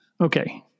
Okay